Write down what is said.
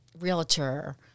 realtor